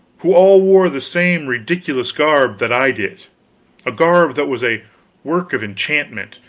who all wore the same ridiculous garb that i did a garb that was a work of enchantment,